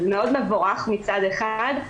זה מאוד מבורך מצד אחד,